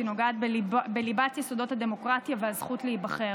היא נוגעת בליבת יסודות הדמוקרטיה והזכות להיבחר,